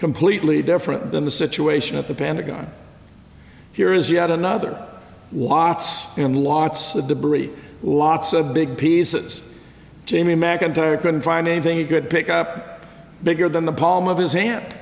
completely different than the situation at the pentagon here is yet another lots and lots of debris lots of big pieces jamie mcintyre couldn't find anything you could pick up bigger than the palm of his hand